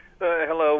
Hello